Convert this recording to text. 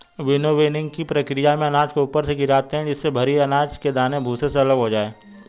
विनोविंगकी प्रकिया में अनाज को ऊपर से गिराते है जिससे भरी अनाज के दाने भूसे से अलग हो जाए